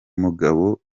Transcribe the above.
mugabo